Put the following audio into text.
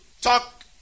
talk